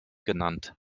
genannt